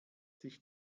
sich